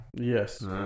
Yes